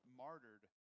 martyred